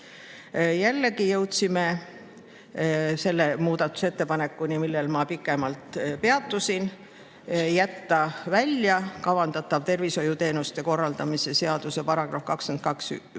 Jälle jõudsime selle muudatusettepanekuni, millel ma juba pikemalt peatusin: jätta välja kavandatav tervishoiuteenuste korraldamise seaduse § 221,